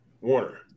Warner